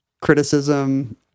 criticism